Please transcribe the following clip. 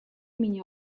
меня